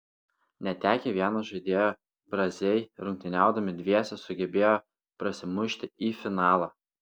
netekę vieno žaidėjo braziai rungtyniaudami dviese sugebėjo prasimušti į finalą